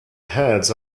heads